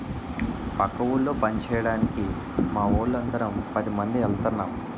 పక్క ఊళ్ళో పంచేయడానికి మావోళ్ళు అందరం పదిమంది ఎల్తన్నం